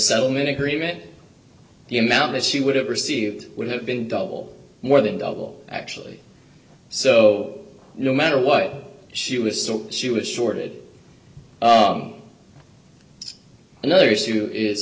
settlement agreement the amount that she would have received would have been double more than double actually so no matter what she was so she was shorted another issue is